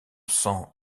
sang